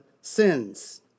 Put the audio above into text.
sins